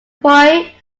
boy